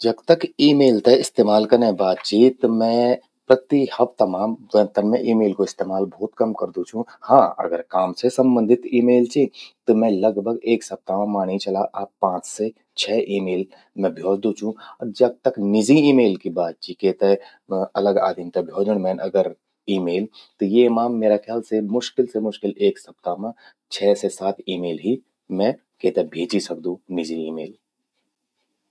जख तक ईमेल ते इस्तेमाल कनै बात चि त मैं प्रति हफ्ता मां, तन मैं ईमेल कू इस्तेमाल भौत कम करदू छूं, हां अगर काम से संबंधित ईमेल चि, त मैं लगभग एक सप्ताह मां माणि चला आप, पांच से छह ईमेल मैं भ्योजदू छूं। जख तक निजी ईमेल कि ब त चि, जेते अलग आदिम ते भ्योजण मैन ईमेल, त येमा म्येरा ख्याल से मुश्किल से मुश्किल एक छह से सात ईमेल ही मैं केते भ्येजि सकदू निजी ईमेल।